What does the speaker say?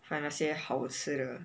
find 那些好吃的